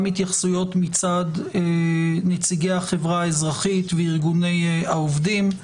גם התייחסויות מצד נציגי החברה האזרחית וארגוני העובדים.